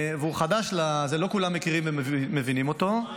והוא חדש, לא כולם מכירים ומבינים אותו,